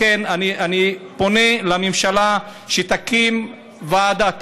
לכן אני פונה לממשלה שתקים ועדה,